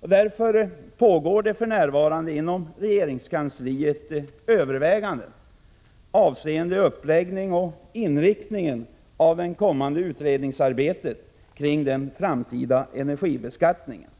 Därför görs för närvarande överväganden inom regeringskansliet avseende uppläggningen och inriktningen av det kommande utredningsarbetet kring den framtida energibeskattningen.